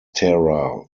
tara